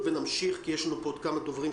כי יש בלבול רב,